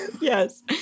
Yes